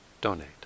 donate